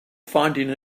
finding